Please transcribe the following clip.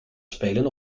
spelen